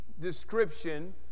description